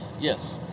Yes